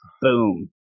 Boom